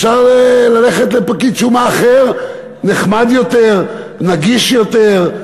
אפשר ללכת לפקיד שומה אחר, נחמד יותר, נגיש יותר.